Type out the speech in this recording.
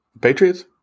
Patriots